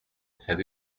have